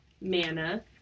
Mana